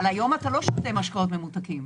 אבל היום אתה לא שותה משקאות ממותקים.